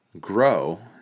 grow